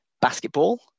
basketball